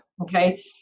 Okay